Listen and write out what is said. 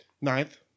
ninth